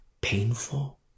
painful